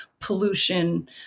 pollution